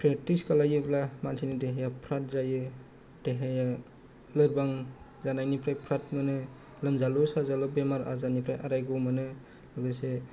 practice खालायोब्ला मानसिनि देहाया फ्रात जायो देहाया लोरबां जानायनिफ्राय फ्रात मोनो लोमजालु साजालु बेमार आजारनिफ्राय आरायग मोनो लोगोसे